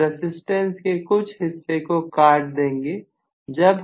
हम रजिस्टेंस के कुछ हिस्से को काट देंगे